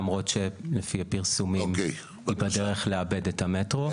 למרות שלפי הפרסומים זאת הדרך לאבד את המטרו.